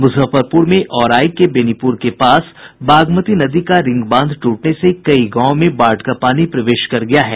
मुजफ्फरपुर में औराई के बेनीपुर के पास बागमती दरी का रिंग बांध टूटने से कई गांवों में बाढ़ का पानी प्रवेश कर गया है